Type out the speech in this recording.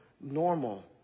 normal